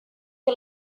que